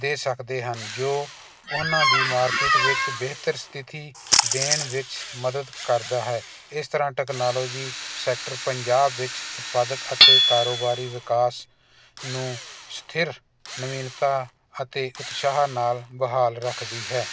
ਦੇ ਸਕਦੇ ਹਨ ਜੋ ਉਹਨਾਂ ਦੀ ਮਾਰਕੀਟ ਵਿੱਚ ਬਿਹਤਰ ਸਥਿਤੀ ਦੇਣ ਵਿੱਚ ਮਦਦ ਕਰਦਾ ਹੈ ਇਸ ਤਰ੍ਹਾਂ ਟੈਕਨਾਲੋਜੀ ਸੈਕਟਰ ਪੰਜਾਬ ਵਿੱਚ ਉਤਪਾਦਕ ਅਤੇ ਕਾਰੋਬਾਰੀ ਵਿਕਾਸ ਨੂੰ ਸਥਿਰ ਨਵੀਨਤਾ ਅਤੇ ਉਤਸ਼ਾਹ ਨਾਲ ਬਹਾਲ ਰੱਖਦੀ ਹੈ